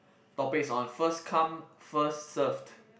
topics on first come first served